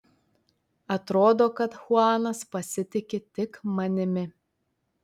atrodo kad chuanas pasitiki tik manimi